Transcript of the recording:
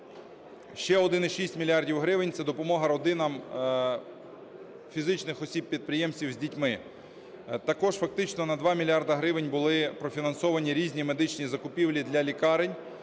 Ще 1,6 мільярда гривень – це допомога родинам фізичних осіб підприємців з дітьми. Також фактично на 2 мільярди гривень були профінансовані різні медичні закупівлі для лікарень